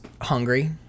hungry